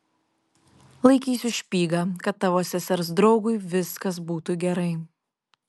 laikysiu špygą kad tavo sesers draugui viskas būtų gerai